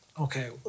Okay